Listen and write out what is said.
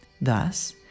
Thus